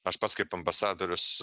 aš pats kaip ambasadorius